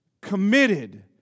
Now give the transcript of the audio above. committed